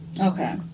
Okay